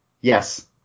Yes